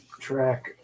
track